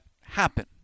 happen